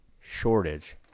shortage